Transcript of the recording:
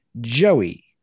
Joey